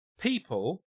People